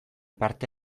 parte